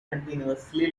continuously